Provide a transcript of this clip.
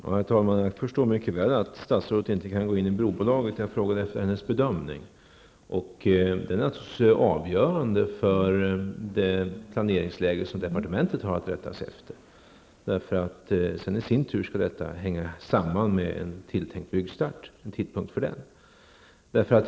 Herr talman! Jag förstår mycket väl att statsrådet inte kan gå in och agera i brobolaget. Jag frågade efter hennes bedömning. Det är naturligtvis avgörande för det planeringsläge som departementet har att rätta sig efter. Det skall sedan i sin tur hänga samman med en tänkt tidpunkt för byggstart.